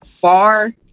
far